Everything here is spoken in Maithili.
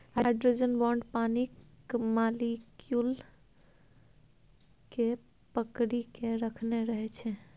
हाइड्रोजन बांड पानिक मालिक्युल केँ पकरि केँ राखने रहै छै